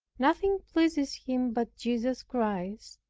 nothing pleases him but jesus christ,